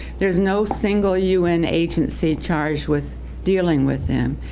there's no single un agency charged with dealing with them,